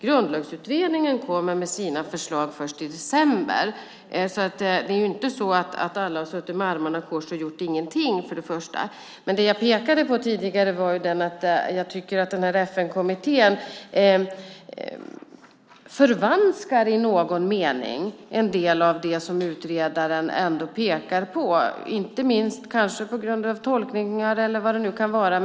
Grundlagsutredningen kommer med sina förslag först i december. Det är inte så att alla har suttit med armarna i kors och inte gjort någonting. Det jag sade tidigare var att jag tycker att FN-kommittén i någon mening förvanskar en del av det som utredaren pekar på, kanske på grund av olika tolkningar eller var det nu kan vara.